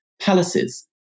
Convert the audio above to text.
palaces